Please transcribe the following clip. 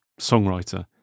songwriter